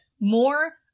more